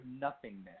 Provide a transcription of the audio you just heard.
nothingness